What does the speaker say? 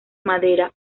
madera